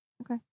Okay